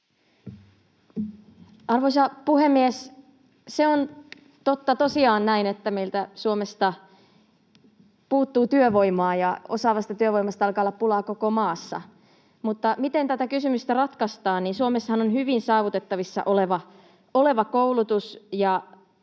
Arvoisa puhemies! Se on totta tosiaan näin, että meiltä Suomesta puuttuu työvoimaa ja osaavasta työvoimasta alkaa olla pulaa koko maassa. Miten tätä kysymystä sitten ratkaistaan, niin Suomessahan on hyvin saavutettavissa oleva koulutus, ja